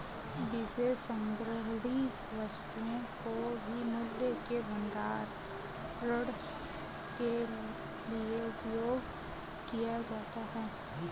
विशेष संग्रहणीय वस्तुओं को भी मूल्य के भंडारण के लिए उपयोग किया जाता है